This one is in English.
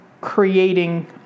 creating